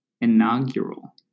inaugural